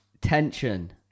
Tension